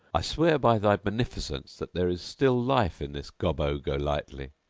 i swear by thy beneficence that there is still life in this gobbo golightly!